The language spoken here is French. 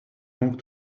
donc